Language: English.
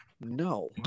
No